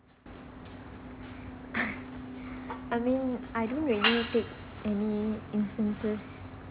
I mean I don't really take any instances